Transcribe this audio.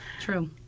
True